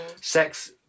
sex